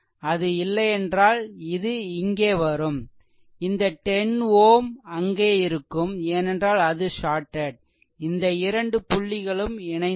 அது இல்லையென்றால் இது இங்கே வரும் இந்த 10 Ω அங்கே இருக்கும் ஏனென்றால் அது ஷார்டெட் இந்த இரண்டு புள்ளிகளும் இணைந்திருக்கும்